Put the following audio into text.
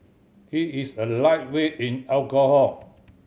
he is a lightweight in alcohol